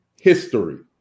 history